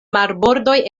marbordoj